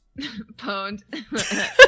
Pwned